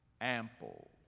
ample